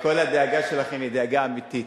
וכל הדאגה שלכם היא דאגה אמיתית.